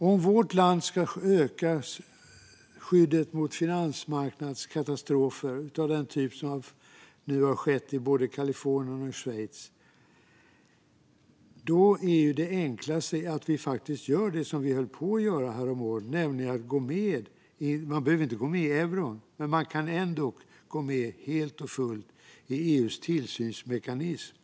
Om vårt land ska öka skyddet mot finansmarknadskatastrofer av den typ som nu har skett i både Kalifornien och Schweiz är det enklaste att vi faktiskt gör det som vi höll på att göra häromåret, nämligen att gå med i EU:s tillsynsmekanism. Man behöver inte gå med i eurosamarbetet, men man kan ändå gå med helt och fullt i tillsynsmekanismen.